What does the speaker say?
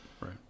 right